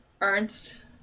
Ernst